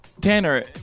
Tanner